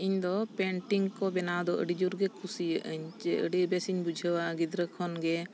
ᱤᱧ ᱫᱚ ᱯᱮᱱᱴᱤᱝ ᱠᱚ ᱵᱮᱱᱟᱣ ᱫᱚ ᱟᱹᱰᱤ ᱡᱳᱨ ᱜᱮ ᱠᱩᱥᱤᱭᱟᱜ ᱟᱹᱧ ᱥᱮ ᱟᱹᱰᱤ ᱵᱮᱥᱤᱧ ᱵᱩᱡᱷᱟᱹᱣᱟ ᱜᱤᱫᱽᱨᱟᱹ ᱠᱷᱚᱱ ᱜᱮ